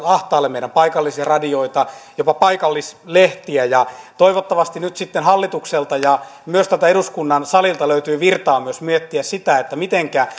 ahtaalle meidän paikallisradioita jopa paikallislehtiä toivottavasti nyt sitten hallitukselta ja myös tältä eduskunnan salilta löytyy virtaa miettiä sitä mitenkä